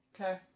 Okay